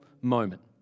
moment